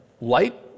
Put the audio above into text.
light